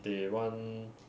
they want